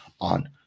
on